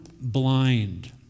blind